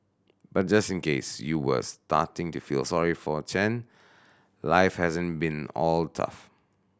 but just in case you were starting to feel sorry for Chen life hasn't been all tough